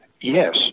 Yes